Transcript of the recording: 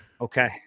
Okay